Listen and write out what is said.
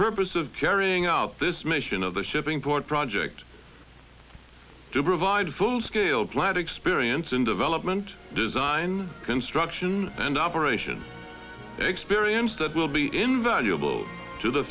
purpose of carrying out this mission of the shipping port project to provide full scale plant experience in development design construction and operation experience that will be invaluable to the